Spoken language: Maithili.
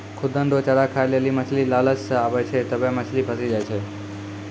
खुद्दन रो चारा खाय लेली मछली लालच से आबै छै तबै मछली फंसी जाय छै